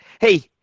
hey